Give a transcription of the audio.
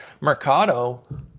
Mercado